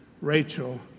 Rachel